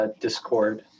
Discord